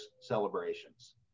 celebrations